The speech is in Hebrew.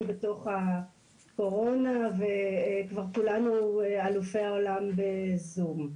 בתוך הקורונה וכבר כולנו אלופי העולם ב-זום.